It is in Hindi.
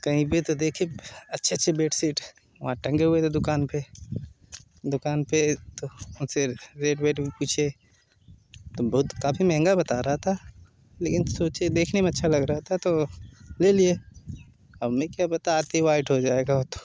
कहीं गए तो देखें अच्छे अच्छे बेडसीट वहाँ टंगे हुए थे दुकान पर दुकान पर तो फिर रेट वेट पूछे तो बहुत काफ़ी महँगा बता रहा था लेकिन सोचे देखने में अच्छा लग रहा था तो ले लिए हमें क्या पता आते वाइट हो जाएगा